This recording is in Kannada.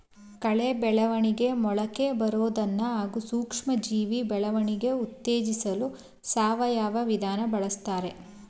ಕಳೆ ಬೆಳವಣಿಗೆ ಮೊಳಕೆಬರೋದನ್ನ ಹಾಗೂ ಸೂಕ್ಷ್ಮಜೀವಿ ಬೆಳವಣಿಗೆ ಉತ್ತೇಜಿಸಲು ಸಾವಯವ ವಿಧಾನ ಬಳುಸ್ತಾರೆ